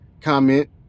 comment